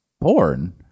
porn